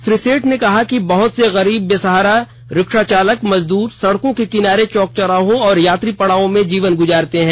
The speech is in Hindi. श्री सेठ ने कहा कि बहत से गरीब बेसहारा रिक्शा चालक मजदूर सड़कों के किनारे चौक चौराहे और यात्री पड़ावों में जीवन गुजारते हैं